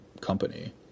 company